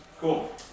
Cool